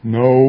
no